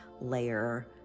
layer